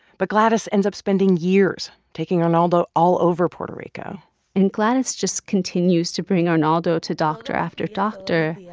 but gladys ends up spending years taking arnaldo all over puerto rico and gladys just continues to bring arnaldo to doctor after doctor. yeah